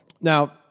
Now